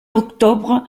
octobre